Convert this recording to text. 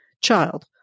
Child